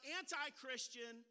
anti-Christian